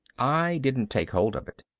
i didn't take hold of it.